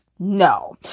No